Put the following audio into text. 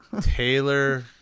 Taylor